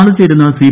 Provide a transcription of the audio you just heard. നാളെ ചേരുന്ന സി